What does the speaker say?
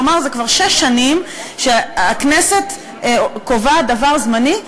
כלומר זה כבר שש שנים שהכנסת קובעת דבר זמני.